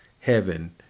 heaven